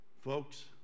folks